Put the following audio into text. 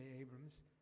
Abrams